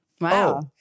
wow